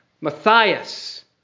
Matthias